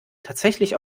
tatsächlich